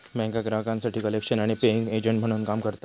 बँका ग्राहकांसाठी कलेक्शन आणि पेइंग एजंट म्हणून काम करता